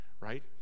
Right